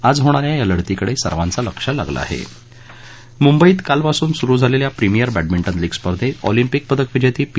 आज होणाऱ्या या लढतीकडञाता सर्वांचं लक्ष लागलं आह मुंबईत कालपासून सुरु झालख्खा प्रीमियर बॅडमिंटन लीग स्पर्धेत ऑलम्पिक पदक विजसीी पी